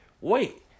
wait